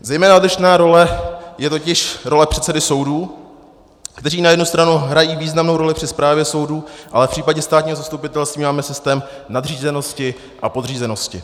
Zejména odlišná role je totiž role předsedy soudů, kteří na jednu stranu hrají významnou roli při správě soudů, ale v případě státního zastupitelství máme systém nadřízenosti a podřízenosti.